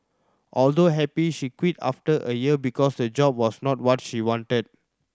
although happy she quit after a year because the job was not what she wanted